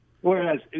Whereas